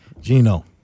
Gino